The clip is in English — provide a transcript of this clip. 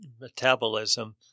metabolism